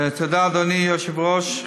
תודה, אדוני היושב-ראש.